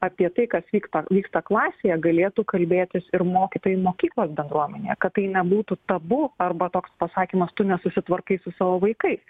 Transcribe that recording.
apie tai kas vyksta vyksta klasėje galėtų kalbėtis ir mokytojai mokyklos bendruomenėje kad tai nebūtų tabu arba toks pasakymas tu nesusitvarkai su savo vaikais